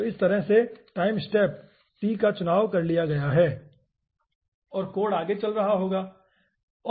तो इस तरह से टाइम स्टेप डेल्टा t का चुनाव कर लिया गया है और कोड आगे चल रहा होगा ठीक है